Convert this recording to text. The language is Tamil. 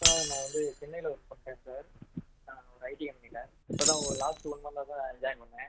சார் நான் வந்து சென்னையில் ஒர்க் பண்ணுறேன் சார் நான் ஒரு ஐடி கம்பெனியில இப்போ தான் ஒரு லாஸ்ட்டு ஒன் மன்த்தாக தான் சார் நான் ஜாயின் பண்ணேன்